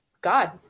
God